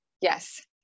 yes